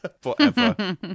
Forever